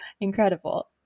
incredible